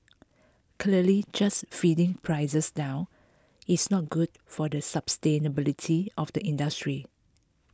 clearly just feeding prices down it's not good for the sustainability of the industry